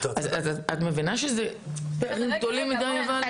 אז את מבינה שכל הוא עושה בלגים ארוכים מידי?